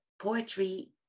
poetry